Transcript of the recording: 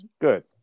Good